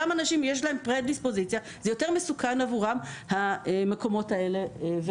לאנשים שיש להם פרה-דיספוזיציה יותר מסוכנים עבורם המקומות האלה.